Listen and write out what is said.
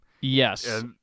Yes